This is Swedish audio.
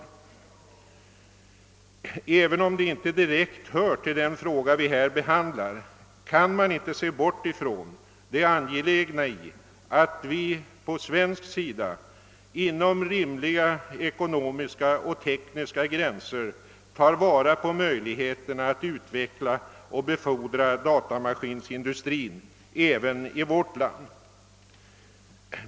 Även om det inte direkt hör till den fråga vi här behandlar, kan vi inte se bort från det angelägna i att vi inom rimliga ekonomiska och tekniska gränser tar vara på möjligheterna att utveckla och befordra datamaskinindustrin även i vårt land.